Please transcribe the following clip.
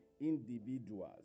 individuals